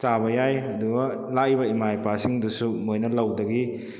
ꯆꯥꯕ ꯌꯥꯏ ꯑꯗꯨꯒ ꯂꯥꯛꯏꯕ ꯏꯃꯥ ꯏꯄꯥꯁꯤꯡꯗꯨꯁꯨ ꯃꯣꯏꯅ ꯂꯧꯗꯒꯤ